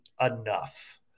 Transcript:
enough